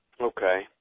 Okay